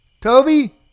Toby